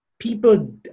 people